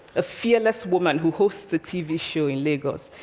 a fearless woman who hosts a tv show in lagos,